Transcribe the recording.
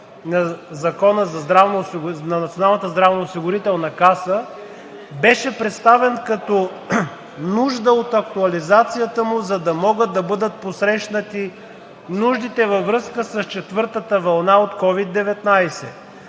на Закона на Националната здравноосигурителна каса беше представен като нужда от актуализацията му, за да могат да бъдат посрещнати нуждите във връзка с четвъртата вълна от COVID-19.